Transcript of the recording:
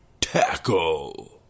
Tackle